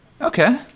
Okay